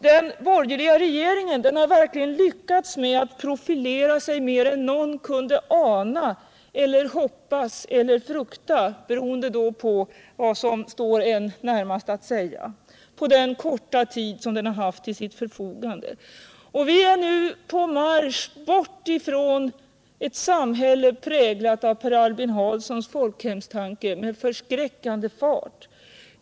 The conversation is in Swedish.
Den borgerliga regeringen har verkligen lyckats med att profilera sig mer än någon kunde ana eller hoppas eller frukta, beroende på vad som står en närmast att säga, på den korta tid som den har haft till sitt förfogande. Vi är nu på väg bort från ett samälle, präglat av Per Albin Hanssons folkhemstanke, med förskräckande fart.